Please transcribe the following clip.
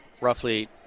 roughly